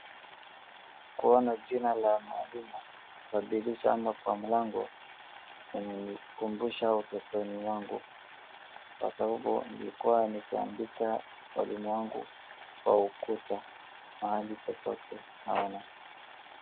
Kuona jina la mwalimu kwa dirisha ama kwa mlango, limenikumbusha utotoni wangu, kwa sababu nilikuwa nikiandika mwalimu wangu kwa ukuta mahali popote naona.